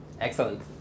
Excellent